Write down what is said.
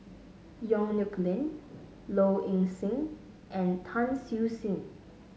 Yong Nyuk Lin Low Ing Sing and Tan Siew Sin